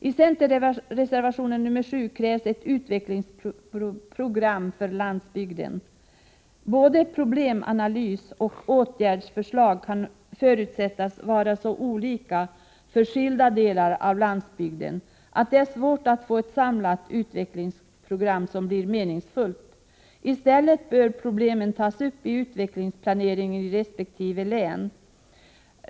I centerreservationen nr 7 krävs ett utvecklingsprogram för landsbygden. Både problemanalys och åtgärdsförslag kan förutsättas vara så olika för skilda delar av landsbygden att det är svårt att få ett samlat utvecklingsprogram som blir meningsfullt. I stället bör problemen tas upp i utvecklingsplaneringen i resp. län.